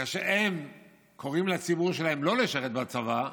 כאשר הם קוראים לציבור שלהם לא לשרת בצבא,